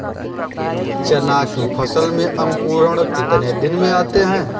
चना की फसल में अंकुरण कितने दिन में आते हैं?